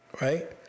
Right